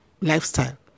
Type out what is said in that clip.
lifestyle